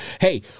Hey